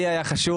לי היה חשוב,